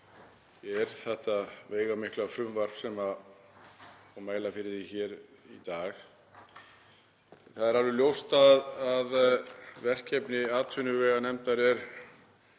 okkur þetta veigamikla frumvarp og mæla fyrir því hér í dag. Það er alveg ljóst að verkefni atvinnuveganefndar er